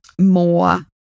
more